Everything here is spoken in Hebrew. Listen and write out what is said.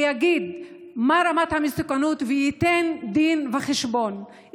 יגיד מה רמת המסוכנת וייתן דין וחשבון.